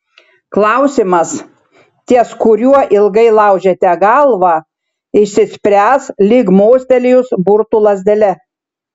klausimas ties kuriuo ilgai laužėte galvą išsispręs lyg mostelėjus burtų lazdele